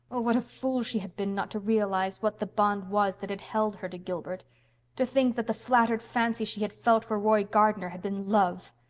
what a fool she had been not to realize what the bond was that had held her to gilbert to think that the flattered fancy she had felt for roy gardner had been love.